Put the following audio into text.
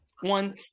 one